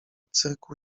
cyrku